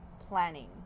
planning